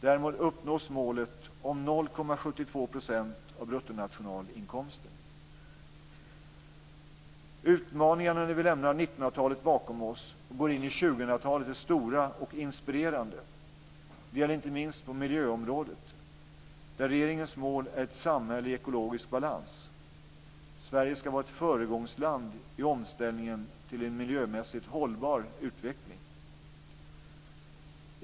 Därmed uppnås målet om Utmaningarna när vi lämnar 1900-talet bakom oss och går in i 2000-talet är stora och inspirerande. Det gäller inte minst på miljöområdet där regeringens mål är ett samhälle i ekologisk balans. Sverige ska vara ett föregångsland i omställningen till en miljömässigt hållbar utveckling.